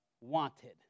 wanted